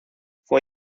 fue